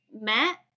met